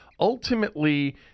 Ultimately